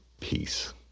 Peace